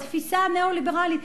התפיסה הניאו-ליברלית,